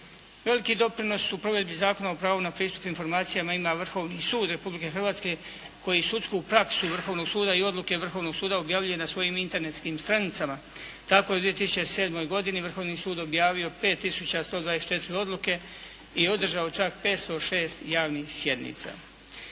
Veliki doprinos u provedbi Zakona o pravu na pristup informacijama im a Vrhovni sud Republike Hrvatske koji sudsku praksu Vrhovnog suda i odluke Vrhovnog suda objavljuje na svojim internetskim stranicama. Tako je u 2007. godini Vrhovni sud objavio 5 tisuća 124 odluke i održao čak 506 javnih sjednica.